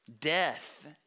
death